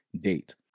date